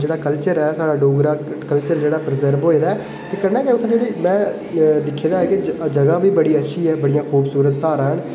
जेह्ड़ा कल्चर ऐ साढ़ा डोगरा कलचर जेह्ड़ा प्रजर्व होए दा ऐ ते कन्नै गै में दिक्खे दा ऐ जगह् बी बड़ी अच्छी ऐ खूबसूरत धारां न